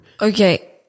Okay